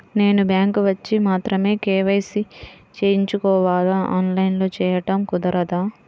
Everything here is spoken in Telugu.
నేను బ్యాంక్ వచ్చి మాత్రమే కే.వై.సి చేయించుకోవాలా? ఆన్లైన్లో చేయటం కుదరదా?